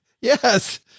Yes